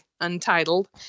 untitled